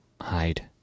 Hide